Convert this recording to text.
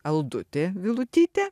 aldutė vilutytė